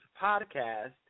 Podcast